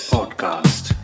Podcast